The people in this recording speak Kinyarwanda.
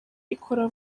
ikora